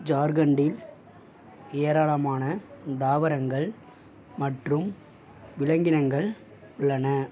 ஜார்க்கண்டில் ஏராளமான தாவரங்கள் மற்றும் விலங்கினங்கள் உள்ளன